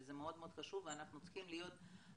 אבל זה מאוד מאוד חשוב ואנחנו צריכים להיות ערוכים.